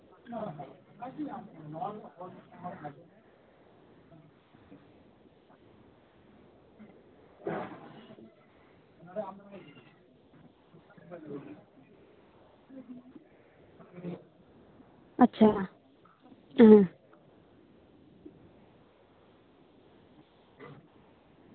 ᱟᱪᱪᱷᱟ ᱦᱩᱸ